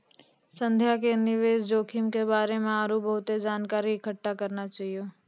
संध्या के निवेश जोखिम के बारे मे आरु बहुते जानकारी इकट्ठा करना चाहियो